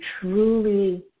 truly